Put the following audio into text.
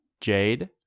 Jade